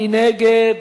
מי נגד?